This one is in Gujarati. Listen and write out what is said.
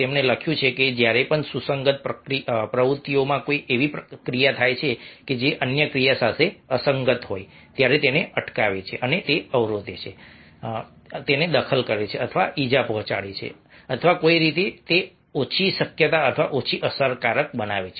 તે લખે છે કે જ્યારે પણ સુસંગત પ્રવૃત્તિઓમાં કોઈ એવી ક્રિયા થાય છે જે અન્ય ક્રિયા સાથે અસંગત હોય ત્યારે તેને અટકાવે છે અવરોધે છે દખલ કરે છે અથવા ઇજા પહોંચાડે છે અથવા કોઈ રીતે તે ઓછી શક્યતા અથવા ઓછી અસરકારક બનાવે છે